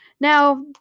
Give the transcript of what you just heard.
Now